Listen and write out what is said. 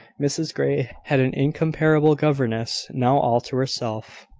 mrs grey had an incomparable governess, now all to herself.